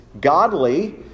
godly